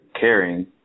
caring